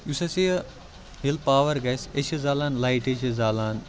یُس اسہِ یہِ ییٚلہِ پاوَر گژھہِ أسۍ چھِ زالان لایٹہٕ چھِ زالان